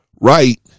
right